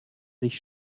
sich